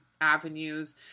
avenues